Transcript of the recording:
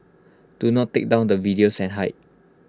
do not take down the videos and hide